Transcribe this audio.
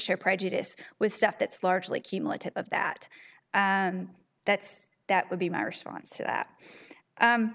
share prejudice with stuff that's largely cumulative of that that's that would be my response to that